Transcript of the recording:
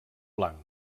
blanc